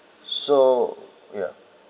so ya